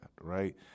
right